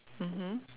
mmhmm